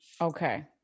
Okay